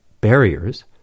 barriers